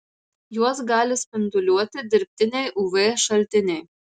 juos gali spinduliuoti dirbtiniai uv šaltiniai